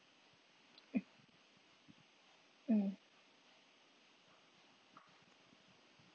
mm mm